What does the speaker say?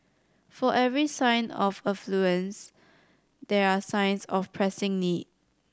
for every sign of affluence there are signs of pressing need